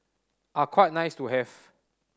are quite nice to have